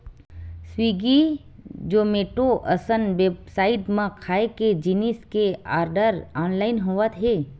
Swiggy, Zomato असन website म खाए के जिनिस के आरडर ऑनलाइन होवत हे